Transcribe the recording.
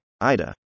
Ida